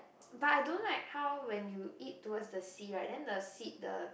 but I don't like how when you eat towards the seed right then the seed the